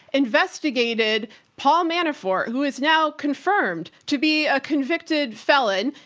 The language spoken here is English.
investigated paul manafort, who is now confirmed to be a convicted felon,